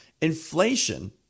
inflation